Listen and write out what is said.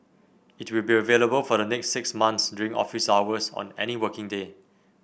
it will be available for the next six months during office hours on any working day